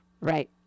Right